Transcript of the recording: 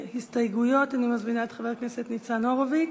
להסתייגויות אני מזמינה את חבר הכנסת ניצן הורוביץ,